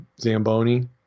Zamboni